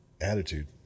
attitude